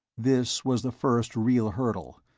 this was the first real hurdle,